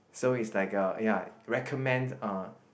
so is like uh ya recommend uh